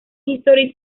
history